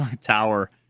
Tower